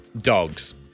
Dogs